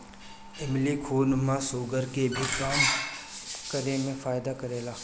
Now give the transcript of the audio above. इमली खून में शुगर के भी कम करे में फायदा करेला